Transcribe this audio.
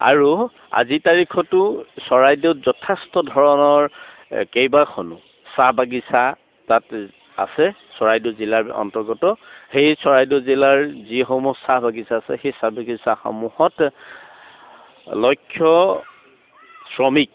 আৰু আজিৰ তাৰিখতো চৰাইদেউত যথেষ্ট ধৰণৰ কেইবাখনো চাহ বাগিচা তাত আছে চৰাইদেউ জিলাৰ অন্তৰ্গত সেই চৰাইদেউ জিলাৰ যিসমূহ চাহ বাগিচা আছে সেই চাহ বাগিচাসমূহত লক্ষ শ্ৰমিক